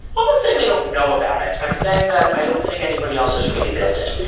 i'm not saying they don't know about it. i'm saying that, i don't think anybody else has really built it.